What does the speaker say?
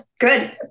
Good